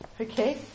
Okay